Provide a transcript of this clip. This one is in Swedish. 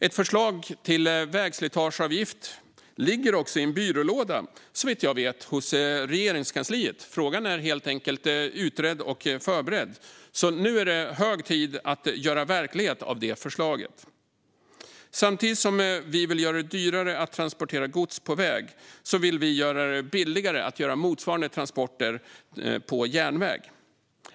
Ett förslag på en vägslitageavgift ligger såvitt jag vet också i en byrålåda på Regeringskansliet. Frågan är helt enkelt utredd och förberedd. Nu är det alltså hög tid att göra verklighet av det förslaget. Samtidigt som vi vill göra det dyrare att transportera gods på väg vill vi göra det billigare att göra motsvarande transporter på järnväg.